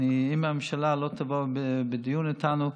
אם הממשלה לא תבוא בדיון איתנו,